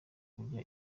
kujya